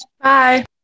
Bye